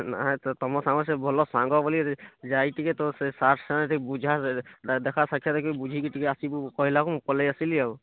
ନାଇ ତ ତମ ସାଙ୍ଗେ ସେ ଭଲ ସାଙ୍ଗ ବୋଲି ଯାଇ ଟିକେ ତୋର୍ ସେ ସାର୍ ସାଙ୍ଗେ ଟିକେ ବୁଝା ଦେଖା ସାକ୍ଷାତ ହେଇକି ବୁଝିକି ଟିକେ ଆସିବୁ କହିଲାକୁ ମୁଁ ପଲେଇ ଆସିଲି ଆଉ